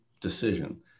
decision